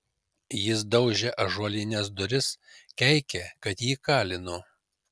jis daužė ąžuolines duris keikė kad jį kalinu